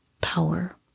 power